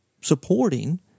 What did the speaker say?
supporting